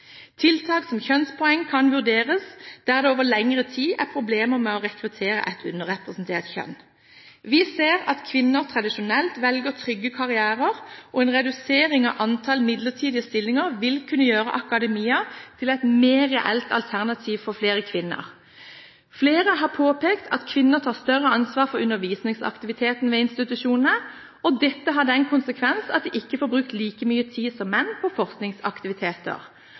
Tiltak som kjønnspoeng kan vurderes der det over lengre tid er problemer med å rekruttere et underrepresentert kjønn. Vi ser at kvinner tradisjonelt velger trygge karrierer, og en redusering av antall midlertidige stillinger vil kunne gjøre akademia til et mer reelt alternativ for flere kvinner. Flere har påpekt at kvinner tar større ansvar for undervisningsaktiviteten ved institusjonene. Dette har den konsekvens at de ikke får brukt like mye tid som menn på forskningsaktiviteter.